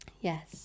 yes